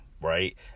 right